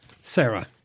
Sarah